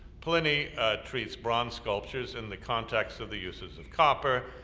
pliny treats bronze sculptures in the context of the uses of copper,